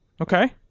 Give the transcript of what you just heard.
Okay